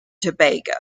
tobago